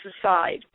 aside